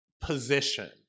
position